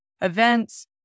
events